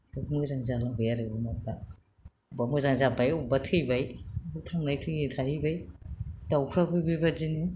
मोजां जालांबाय आरो अमाफोरा बबेबा मोजां जाबाय बबेबा थैबाय बिदिनो थांलाय थैलाय थाहैबाय दाउफ्राबो बेबायदिनो